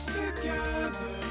together